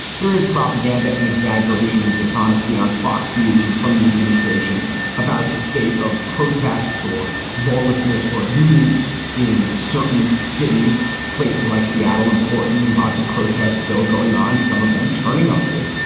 there is propaganda and exaggeration and dishonesty on fox news and from the administration about the state of protests or lawlessness or looting in certain cities, places like seattle and portland. lots of protests still going on, some of them turning ugly.